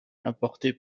importé